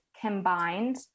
combined